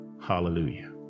Hallelujah